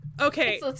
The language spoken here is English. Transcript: okay